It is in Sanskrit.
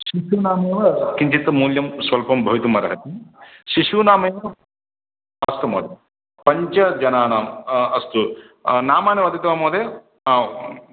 शिशूनामेव किञ्चित् मूल्यं स्वल्पं भवितुमर्हति शिशूनामेव अस्तु महोदय पञ्चजनानां अस्तु नामानि वदति वा महोदय